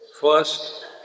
First